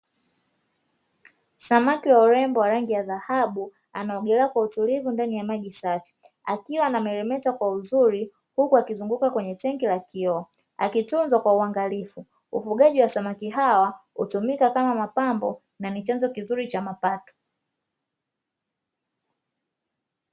Samaki wa urembo wa rangi ya dhahabu anaogelea kwa utulivu ndani ya maji safi akiwa anameremeta kwa uzuri huku akizunguka kwenye tangi la kioo akiytunzwa kwa uangalifu. Ufugaji wa samaki hawa hutumika kama mapambo na ni chanzo kizuri cha mapato.